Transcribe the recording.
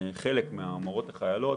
חלק מהמורות החיילות,